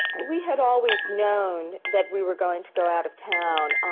and we had always known that we were going to go out-of-town.